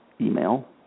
email